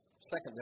Second